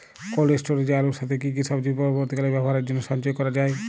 Cold স্টোরেজে আলুর সাথে কি কি সবজি পরবর্তীকালে ব্যবহারের জন্য সঞ্চয় করা যায়?